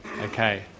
Okay